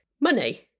money